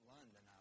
London